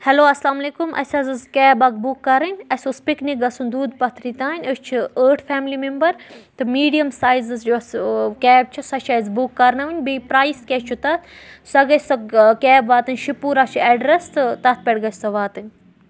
hello اَسلام علیکُم اَسہِ حظ ٲسۍ کیب اکھ بُک کَرٕنۍ اَسہِ اوس پِکنِک گژھُن دوٗد پَتھری تانۍ أسۍ چھِ ٲٹھ فیملی میٚمبَر تہٕ میٖڈیَم سایزٕز یۄس کیب چھِ سۄ چھِ اَسہِ بُک کَرناوٕنۍ بیٚیہِ پرٛایِس کیٛاہ چھُ تَتھ سۄ گَژھِ سۄ کیب واتٕنۍ شِپوٗرا چھُ ایٚڈرَس تہٕ تَتھ پیٚٹھ گژھِ سۄ واتٕنۍ